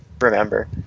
remember